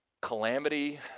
calamity